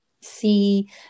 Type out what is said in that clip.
see